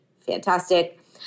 fantastic